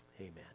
Amen